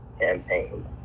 campaign